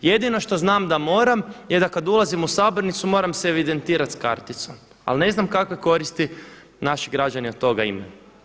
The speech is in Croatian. Jedino što znam da moram je da kad ulazim u sabornicu moram se evidentirat sa karticom, ali ne znam kakve koristi naši građani od toga imaju.